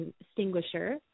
extinguisher